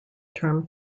term